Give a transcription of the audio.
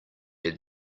had